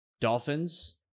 dolphins